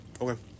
Okay